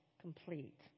complete